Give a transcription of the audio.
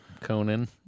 Conan